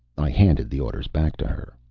i handed the orders back to her.